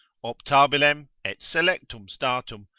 optabilem et selectum statum,